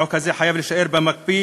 החוק הזה חייב להישאר במקפיא,